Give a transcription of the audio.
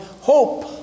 hope